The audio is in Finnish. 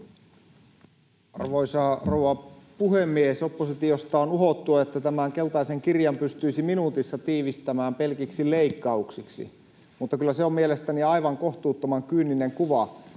Arvoisa rouva puhemies! Oppositiosta on uhottu, että tämän keltaisen kirjan pystyisi minuutissa tiivistämään pelkiksi leikkauksiksi, mutta kyllä se on mielestäni aivan kohtuuttoman kyyninen kuva.